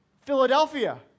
Philadelphia